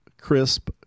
crisp